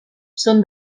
són